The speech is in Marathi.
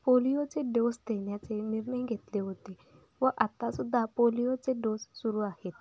पोलिओचे डोस देण्याचे निर्णय घेतले होते व आत्ता सुद्धा पोलिओचे डोस सुरू आहेत